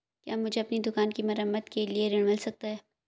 क्या मुझे अपनी दुकान की मरम्मत के लिए ऋण मिल सकता है?